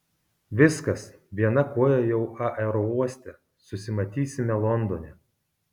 viskas viena koja jau aerouoste susimatysime londone